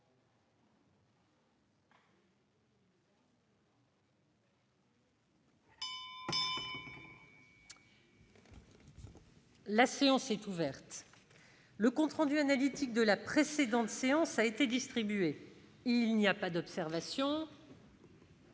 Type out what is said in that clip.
La séance est ouverte. Le compte rendu analytique de la précédente séance a été distribué. Il n'y a pas d'observation